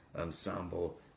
ensemble